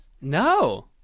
No